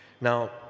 Now